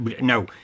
no